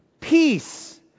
Peace